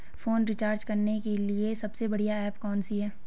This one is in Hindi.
फोन रिचार्ज करने के लिए सबसे बढ़िया ऐप कौन सी है?